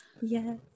Yes